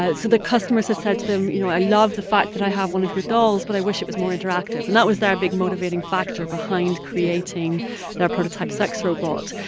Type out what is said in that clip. so the customers had said to them, you know, i love the fact that i have one of your dolls, but i wish it was more interactive. and that was their big motivating factor behind creating their prototype sex robot.